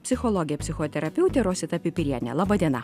psichologė psichoterapeutė rosita pipirienė laba diena